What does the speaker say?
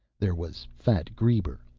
there was fat greber,